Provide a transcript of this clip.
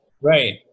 right